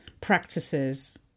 practices